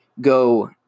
go